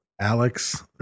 Alex